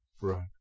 Right